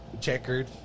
Checkered